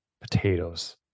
potatoes